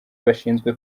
bashinzwe